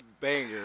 Banger